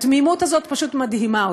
התמימות הזאת פשוט מדהימה אותי.